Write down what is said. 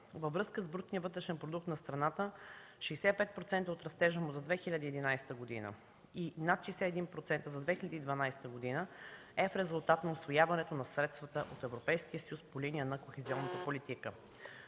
Във връзка с брутния вътрешен продукт на страната – 65% от растежа му за 2011 г. и над 61% за 2012 г. е в резултат на усвояването на средства от Европейския съюз по линия на кохезионната политика.